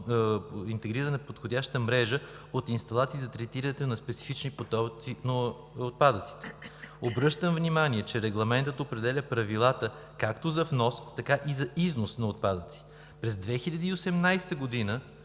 интегрирана и подходяща мрежа от инсталации за третиране на специфични потоци отпадъци. Обръщам внимание, че Регламентът определя правилата както за вноса, така и за износа на отпадъци. През 2018 г.